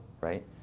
right